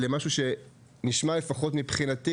ונשמע לפחות מבחינתי,